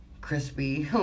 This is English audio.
crispy